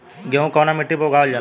गेहूं कवना मिट्टी पर उगावल जाला?